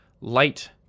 light